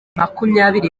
makumyabiri